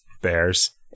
bears